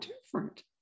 different